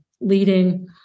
leading